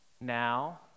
now